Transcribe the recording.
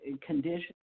conditions